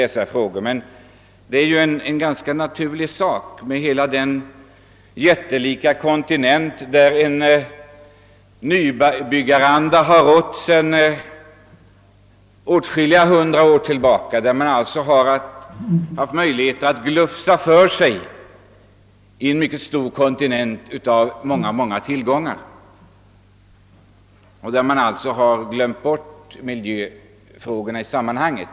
Det är emellertid en ganska naturlig sak på denna jättelika kontinent, där en nybyggaranda har rått sedan åtskilliga hundra år och där man haft möjligheter att glufsa för sig av nästan osinliga tillgångar. Där har man alltså glömt bort miljöfrågorna i sammanhanget.